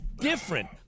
different